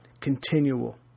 continual